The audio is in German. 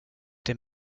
dem